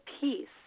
peace